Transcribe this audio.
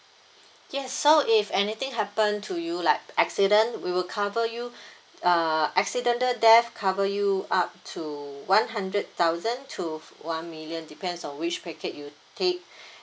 yes so if anything happen to you like accident we will cover you err accidental death cover you up to one hundred thousand to one million depends on which package you take